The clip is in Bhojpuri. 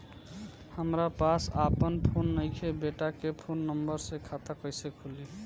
हमरा पास आपन फोन नईखे बेटा के फोन नंबर से खाता कइसे खुली?